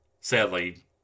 Sadly